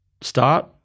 start